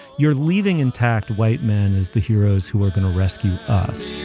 you're leaving intact white men as the heroes who are going to rescue us.